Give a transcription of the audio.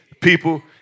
people